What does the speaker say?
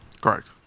Correct